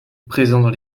présents